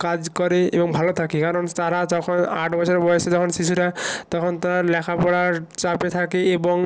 কাজ করে এবং ভালো থাকে কারণ তারা যখন আট বছর বয়েসে যখন শিশুরা তখন তারা লেখা পড়ার চাপে থাকে এবং